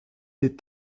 des